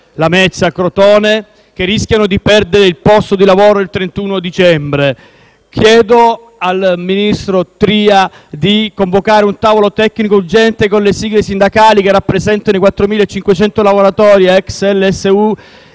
Lamezia e Crotone) e che rischiano di perdere il posto di lavoro il 31 dicembre. Chiedo al ministro Tria di convocare un tavolo tecnico urgente con le sigle sindacali che rappresentano i 4.500 lavoratori, ex